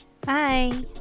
Bye